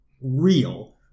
real